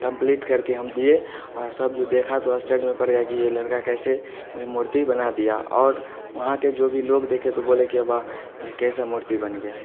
complete करके हम दिए और सब जो देखा तो आश्चर्य में पड़ गए कि ये लड़का कैसे मूर्ति बना दिया और वहाँ के जो भी लोग देखे तो बोले कि वाह ये कैसा मूर्ति बन गया